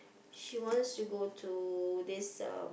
she wants to go to this uh